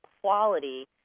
quality